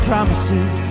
Promises